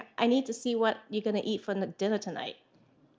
i need to see what you're going to eat for and dinner tonight.